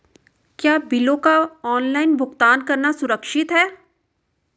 क्या बिलों का ऑनलाइन भुगतान करना सुरक्षित है?